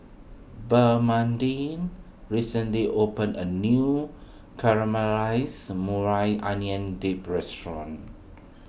Bernadine recently opened a new Caramelized Maui Onion Dip restaurant